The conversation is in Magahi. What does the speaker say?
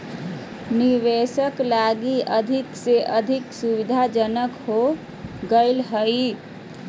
निवेशक लगी अधिक से अधिक सुविधाजनक हो गेल हइ